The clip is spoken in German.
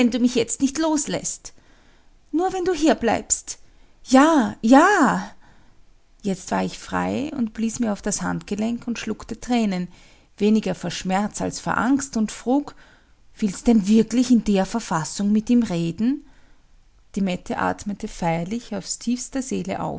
du mich jetzt nicht losläßt nur wenn du hier bleibst ja ja jetzt war ich frei und blies mir auf das handgelenk und schluckte tränen weniger vor schmerz als vor angst und frug willst denn wirklich in der verfassung mit ihm reden die mette atmete feierlich aus tiefster seele